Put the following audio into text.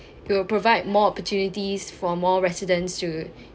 it will provide more opportunities for more residents to